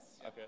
Okay